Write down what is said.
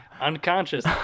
unconscious